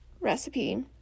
recipe